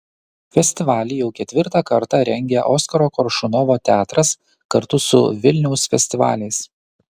festivalį jau ketvirtą kartą rengia oskaro koršunovo teatras kartu su vilniaus festivaliais